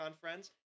friends